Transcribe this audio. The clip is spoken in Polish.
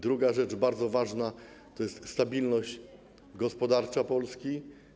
Druga rzecz bardzo ważna to jest stabilność gospodarcza Polski.